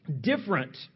different